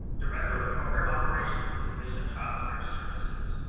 director of program operations at the division of child care services.